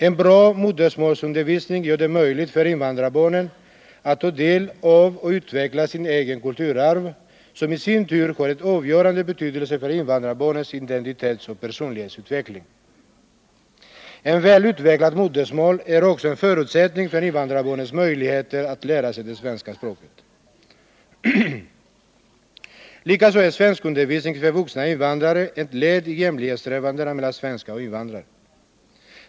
En bra modersmålsundervisning gör det möjligt för invandrarbarnen att få del av och utveckla sitt eget kulturarv, som i sin tur har en avgörande betydelse för invandrarbarnens identitetsoch personlighetsutveckling. Ett väl utvecklat modersmål är också en förutsättning för invandrarbarnens möjligheter att lära sig det svenska språket. Likaså är svenskundervisning för vuxna invandrare ett led i jämlikhetssträvandena mellan svenskar och invandrare.